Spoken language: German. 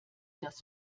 das